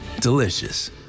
delicious